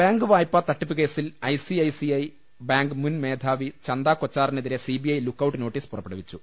bank വായ്പാ തട്ടിപ്പ് കേസിൽ ഐസിഐസിഐ ബാങ്ക് മുൻ മേധാവി ചന്ദകൊച്ചാറിനെതിരെ സിബിഐ ലുക്കൌട്ട് നോട്ടീസ് പുറപ്പെടുവിച്ചു